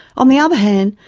on the other hand,